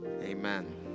amen